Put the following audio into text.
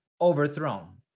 overthrown